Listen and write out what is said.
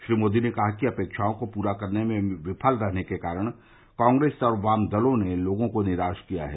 श्री मोदी ने कहा कि अपेक्षाओं को पूरा करने में विफल रहने के कारण कांग्रेस और वामदलों ने लोगों को निराश किया है